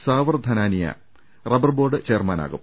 saver Dhanania rubber board ചെയർമാനാകും